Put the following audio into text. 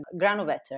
Granovetter